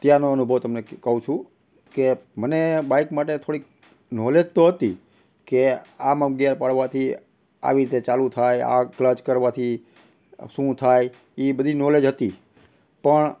ત્યારનો અનુભવ તમને કહું છું કે મને બાઇક માટે થોડીક નોલેત તો હતી કે આમ આમ ગેર પાડવાથી આવી રીતે ચાલુ થાય આ ક્લચ કરવાથી શું થાય એ બધી નોલેજ હતી પણ